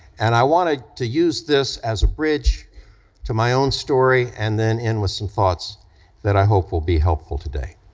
and i wanted to use this as a bridge to my own story and then end with some thoughts that i hope will be helpful today.